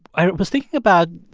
i was thinking about,